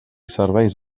serveis